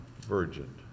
virgin